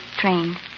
train